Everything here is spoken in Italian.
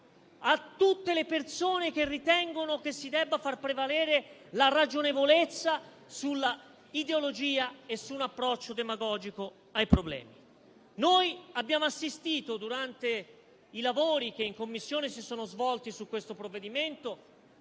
a tutte le persone che ritengono si debba far prevalere la ragionevolezza sull'ideologia e su un approccio demagogico ai problemi. Abbiamo assistito, durante i lavori svolti in Commissione su questo provvedimento,